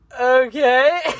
okay